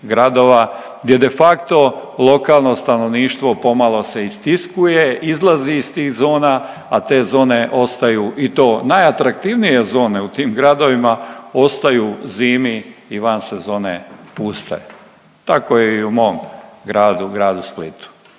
gradova di je de facto lokalno stanovništvo pomalo se istiskuje, izlazi iz tih zona, a te zone ostaju i to najatraktivnije zone u tim gradovima, ostaju zimi i van sezone puste. Tako je i u mom gradu, gradu Splitu